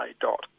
dot